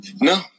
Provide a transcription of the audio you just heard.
No